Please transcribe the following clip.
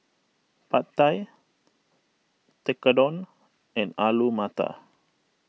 Pad Thai Tekkadon and Alu Matar